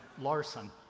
Larson